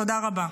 תודה רבה.